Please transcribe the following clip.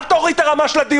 -- אל תוריד את הרמה.